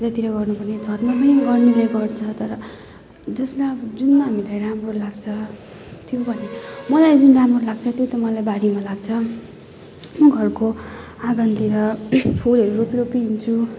त्यतातिर गर्नुपर्ने छतमा पनि गर्नु चाहिँ गर्छ तर जसमा जुनमा हामीलाई राम्रो लाग्छ त्यो भने मलाई जुन राम्रो लाग्छ त्यो त मलाई बारीमा लाग्छ म घरको आँगनतिर फुलहरू रोपी रोपिहिँड्छु